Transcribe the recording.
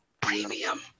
Premium